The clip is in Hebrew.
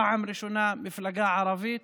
פעם ראשונה שבה מפלגה ערבית